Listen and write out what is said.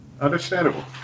Understandable